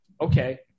okay